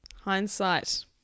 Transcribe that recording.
Hindsight